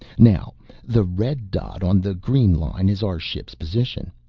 now the red dot on the green line is our ship's position.